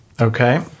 okay